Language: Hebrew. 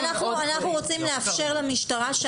כן, אבל אנחנו רוצים לאפשר למשטרה במקרה